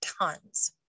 tons